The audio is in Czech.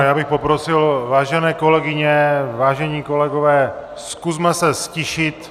Já bych poprosil, vážené kolegyně, vážení kolegové, zkusme se ztišit!